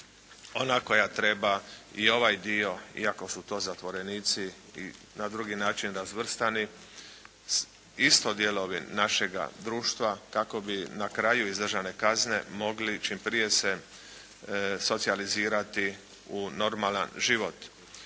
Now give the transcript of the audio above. ona koja treba i ovaj dio, iako su to zatvorenici i na drugi način razvrstani, isto dijelovi našeg društva kako bi na kraju izdržane kazne mogli čim prije se socijalizirati u normalan život.